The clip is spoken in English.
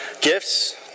gifts